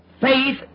faith